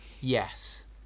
Yes